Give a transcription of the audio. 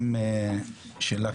גם שלך,